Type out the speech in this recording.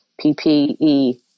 PPE